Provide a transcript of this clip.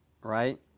right